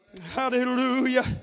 Hallelujah